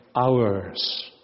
hours